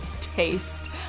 taste